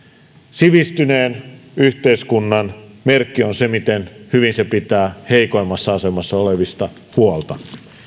sivistyneen yhteiskunnan merkki on se miten hyvin se pitää heikoimmassa asemassa olevista huolta